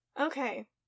Okay